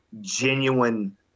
genuine